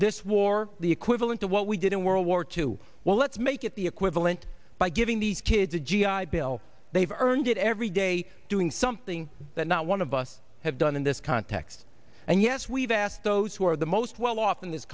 this war the equivalent to what we did in world war two well let's make it the equivalent by giving these kids a g i bill they've earned it every day doing something that not one of us have done in this context and yes we've asked those who are the most well off in this